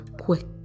quick